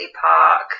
park